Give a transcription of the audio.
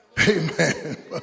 Amen